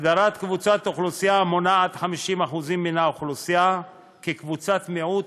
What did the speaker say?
הגדרת קבוצת אוכלוסייה המונה עד 50% מן האוכלוסייה כקבוצת מיעוט,